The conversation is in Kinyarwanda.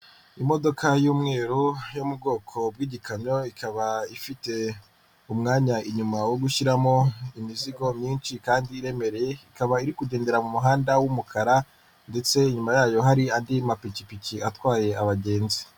Imodoka y'umweru yo mu bwoko bw'igikamyo ikaba ifite umwanya inyuma wo gushyiramo imizigo myinshi kandi iremereye ikaba iri kugendera mu muhanda w'umukara ndetse inyuma yayo hari andi mapikipiki atwaye abagenzi.